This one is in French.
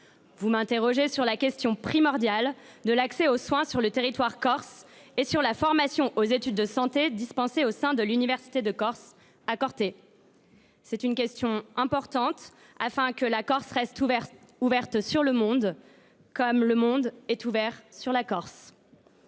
Vous m’interrogez sur la question primordiale de l’accès aux soins sur le territoire corse et sur la formation aux études de santé dispensées au sein de l’université de Corse à Corte. Il s’agit d’une question importante, car la Corse doit rester ouverte sur le monde, tout comme le monde est ouvert sur la Corse.